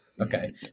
Okay